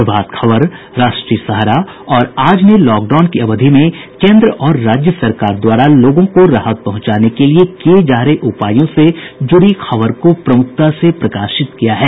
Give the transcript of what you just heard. प्रभात खबर राष्ट्रीय सहारा और आज ने लॉकडाउन की अवधि में केन्द्र और राज्य सरकार द्वारा लोगों को राहत पहुंचाने के लिए किये जा रहे उपायों से जुड़ी खबर को प्रमुखता से प्रकाशित किया है